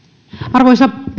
arvoisa